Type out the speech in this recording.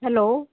hello